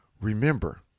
Remember